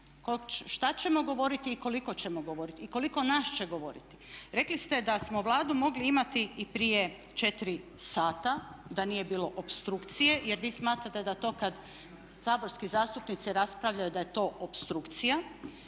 što ćemo govoriti i koliko ćemo govoriti i koliko nas će govoriti. Rekli ste da smo Vladu mogli imati i prije 4 sata da nije bilo opstrukcije jer vi smatrate da to kad saborski zastupnici raspravljaju da je to opstrukcija.